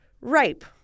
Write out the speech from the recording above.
rape